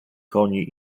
koni